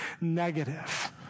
negative